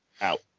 out